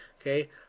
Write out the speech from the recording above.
Okay